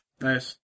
Nice